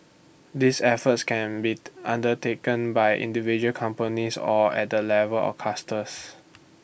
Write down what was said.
these efforts can be undertaken by individual companies or at the level of clusters